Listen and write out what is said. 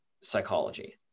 psychology